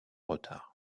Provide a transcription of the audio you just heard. retard